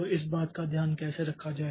तो इस बात का ध्यान कैसे रखा जाए